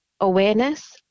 awareness